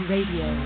Radio